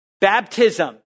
Baptism